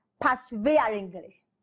perseveringly